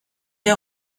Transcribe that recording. der